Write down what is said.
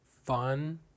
Fun